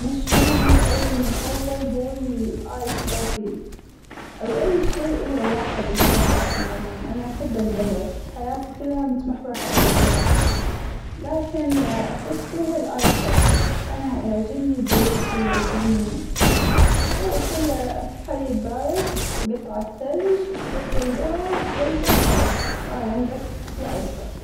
مشروبى المفضل هو الآيس كوفى ، أو أى شى له علاقة بالقهوة عموماً، أنا أحب الجهوة حياتى كلها متمحورة حولين الجهوة ، لكن أخص فيها الآيس كوفى أنا يعجبنى برودته يعجبنى يعجبنى هو كله حليب بارد وقطع الثلج وأحط الجهوة بقلبه خلاص صار عندك أحلى آيس كوفى.